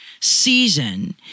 season